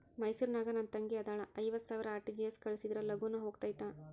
ಮೈಸೂರ್ ನಾಗ ನನ್ ತಂಗಿ ಅದಾಳ ಐವತ್ ಸಾವಿರ ಆರ್.ಟಿ.ಜಿ.ಎಸ್ ಕಳ್ಸಿದ್ರಾ ಲಗೂನ ಹೋಗತೈತ?